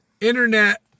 internet